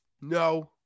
No